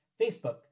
Facebook